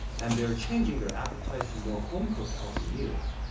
and they are changing their appetite to more home-cooked healthy meals.